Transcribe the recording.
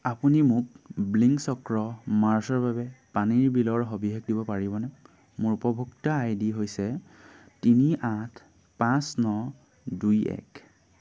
আপুনি মোক ব্লিং চক্ৰ মাৰ্চৰ বাবে পানীৰ বিলৰ সবিশেষ দিব পাৰিবনে মোৰ উপভোক্তা আইডি হৈছে তিনি আঠ পাঁচ ন দুই এক